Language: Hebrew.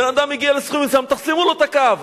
בן-אדם הגיע לסכום מסוים, תחזירו לו את הקו.